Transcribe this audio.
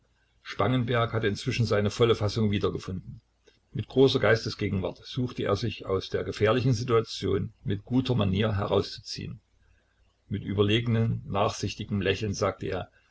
spangenberg hatte inzwischen seine volle fassung wiedergefunden mit großer geistesgegenwart suchte er sich aus der gefährlichen situation mit guter manier herauszuziehen mit überlegenem nachsichtigem lächeln sagte er